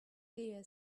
deer